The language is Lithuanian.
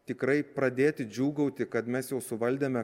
tikrai pradėti džiūgauti kad mes jau suvaldėme